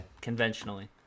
conventionally